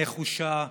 נחושה,